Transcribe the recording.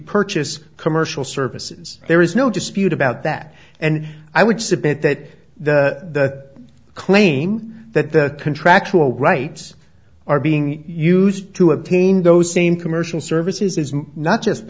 purchase commercial services there is no dispute about that and i would submit that the claim that the contractual rights are being used to obtain those same commercial services is not just